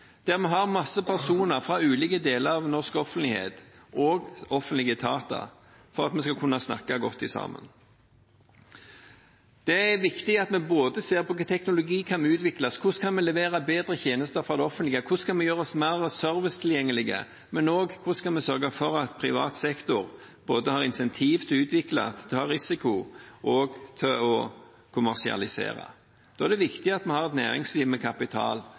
der det er mange personer fra ulike deler av norsk offentlighet og offentlige etater, for at vi skal kunne snakke godt sammen. Det er viktig at vi både ser på hva slags teknologi som kan utvikles, hvordan vi kan levere bedre tjenester fra det offentlige, hvordan vi kan gjøre oss mer servicetilgjengelige, og også hvordan vi kan sørge for at privat sektor har incentiv til å utvikle, til å ta risiko og til å kommersialisere. Da er det viktig at vi har et næringsliv med kapital,